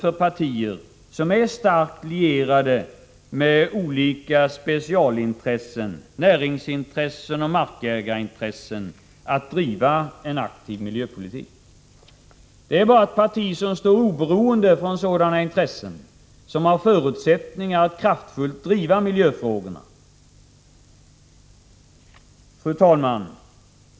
För partier som är starkt lierade med olika specialintressen — näringsintressen och markägarintressen — går det inte att driva en aktiv miljöpolitik. Det är bara ett parti som står oberoende från sådana intressen som har förutsättningar att kraftfullt driva miljöfrågorna. Fru talman!